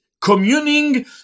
communing